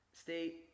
stay